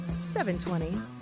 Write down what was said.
720